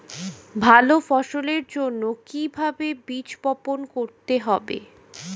ভালো ফসলের জন্য কিভাবে বীজ বপন করতে হবে?